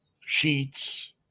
sheets